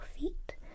feet